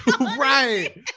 Right